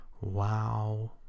Wow